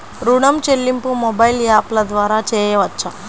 ఋణం చెల్లింపు మొబైల్ యాప్ల ద్వార చేయవచ్చా?